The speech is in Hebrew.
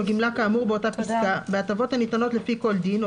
גמלה כאמור באותה פסקה בהטבות הניתנות לפי כל דין או